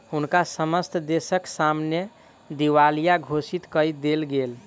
हुनका समस्त देसक सामने दिवालिया घोषित कय देल गेल